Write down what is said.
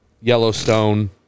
Yellowstone